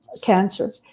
cancer